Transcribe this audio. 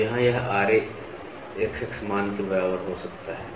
तो यहाँ यह Ra XX मान के बराबर हो सकता है